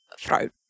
throat